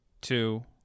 two